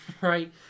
right